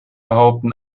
behaupten